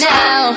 now